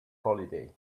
holiday